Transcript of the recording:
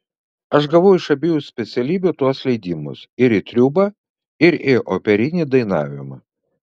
aš gavau iš abiejų specialybių tuos leidimus ir į triūbą ir į operinį dainavimą